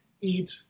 eat